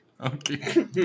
Okay